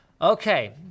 Okay